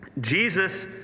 Jesus